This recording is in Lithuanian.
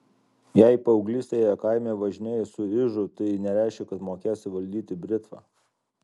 jei paauglystėje kaime važinėjai su ižu tai nereiškia kad mokėsi valdyti britvą